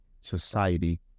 society